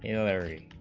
hillary